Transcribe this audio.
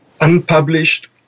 unpublished